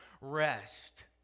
rest